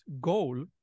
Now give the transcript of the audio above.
goal